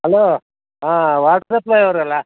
hello ಹಾಂ water supply ಅವರಲ್ಲ